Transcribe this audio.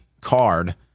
card